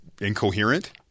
incoherent